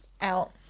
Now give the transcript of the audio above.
out